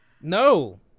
No